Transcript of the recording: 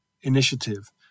initiative